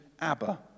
Abba